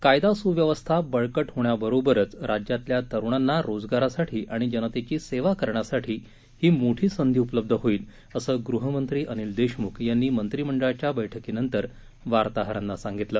कायदा सुव्यवस्था बळकट होण्याबरोबरच राज्यातल्या तरुणांना रोजगारासाठी आणि जनतेची सेवा करण्यासाठी ही मोठी संधी उपलब्ध होईल असं गृहमंत्री अनिल देशमुख यांनी मंत्रिमंडळाच्या बैठकीनंतर वार्ताहरांना सांगितलं